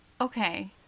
Okay